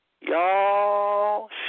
Y'all